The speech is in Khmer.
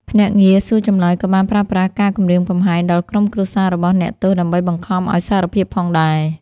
ភ្នាក់ងារសួរចម្លើយក៏បានប្រើប្រាស់ការគំរាមកំហែងដល់ក្រុមគ្រួសាររបស់អ្នកទោសដើម្បីបង្ខំឱ្យសារភាពផងដែរ។